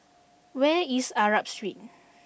where is Arab Street